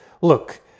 Look